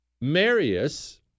Marius